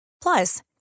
Plus